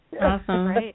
Awesome